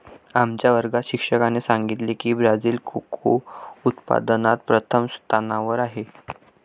आमच्या वर्गात शिक्षकाने सांगितले की ब्राझील कोको उत्पादनात प्रथम स्थानावर आहे